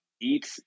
eat